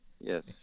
Yes